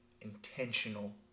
intentional